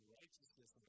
righteousness